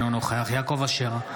אינו נוכח יעקב אשר,